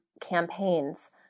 campaigns